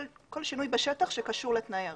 כל שינוי בשטח שקשור לתנאי הרישיון.